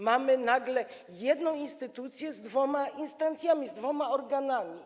Mamy nagle jedną instytucję z dwoma instancjami, z dwoma organami.